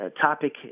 topic